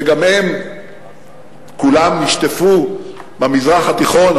שגם הם כולם נשטפו במזרח התיכון,